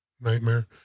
Nightmare